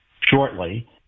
shortly